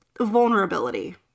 vulnerability